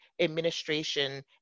administration